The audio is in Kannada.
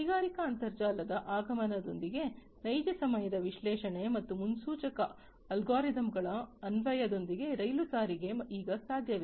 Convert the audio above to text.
ಕೈಗಾರಿಕಾ ಅಂತರ್ಜಾಲದ ಆಗಮನದೊಂದಿಗೆ ನೈಜ ಸಮಯದ ವಿಶ್ಲೇಷಣೆ ಮತ್ತು ಮುನ್ಸೂಚಕ ಅಲ್ಗೊರಿದಮ್ಗಳ ಅನ್ವಯದೊಂದಿಗೆ ರೈಲು ಸಾರಿಗೆ ಈಗ ಸಾಧ್ಯವಿದೆ